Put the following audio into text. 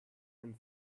and